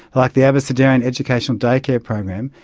like the abecedarian educational daycare program,